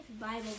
Bible